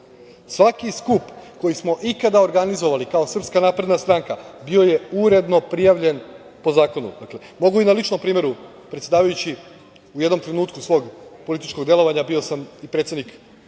skup koji smo ikada organizovali kao Srpska napredna stranka bio je uredno prijavljen po zakonu. Mogu i na ličnom primeru da kažem. Predsedavajući, u jednom trenutku svog političkog delovanja bio sam i predsednik